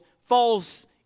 falls